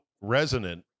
resonant